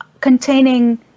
containing